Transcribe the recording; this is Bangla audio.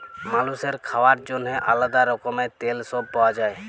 মালুসের খাওয়ার জন্যেহে আলাদা রকমের তেল সব পাওয়া যায়